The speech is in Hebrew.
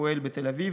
הפועל בתל אביב,